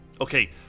Okay